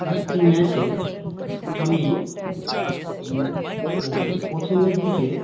একটি ম্যাচে আমি ও প্রথমের দিকে